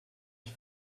ich